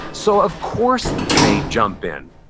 so, of course, they jump in.